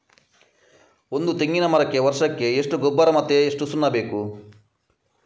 ಒಂದು ತೆಂಗಿನ ಮರಕ್ಕೆ ವರ್ಷಕ್ಕೆ ಎಷ್ಟು ಗೊಬ್ಬರ ಮತ್ತೆ ಎಷ್ಟು ಸುಣ್ಣ ಬೇಕು?